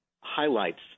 highlights